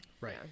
right